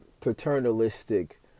paternalistic